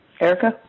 Erica